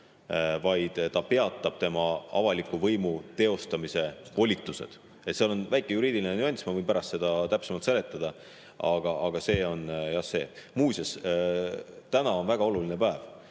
vaid peatatakse tema avaliku võimu teostamise volitused. Seal on väike juriidiline nüanss, ma võin pärast seda täpsemalt seletada, aga see on jah see. Muuseas, täna on väga oluline päev.